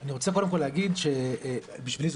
אני רוצה קודם כול להגיד שבשבילי זאת